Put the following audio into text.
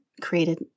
created